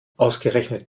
ausgerechnet